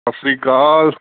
ਸਤਿ ਸ਼੍ਰੀ ਅਕਾਲ